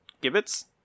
gibbets